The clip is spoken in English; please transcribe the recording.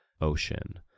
ocean